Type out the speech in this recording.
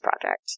project